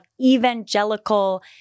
evangelical